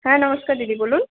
হ্যাঁ নমস্কার দিদি বলুন